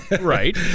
Right